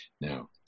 Now